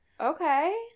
Okay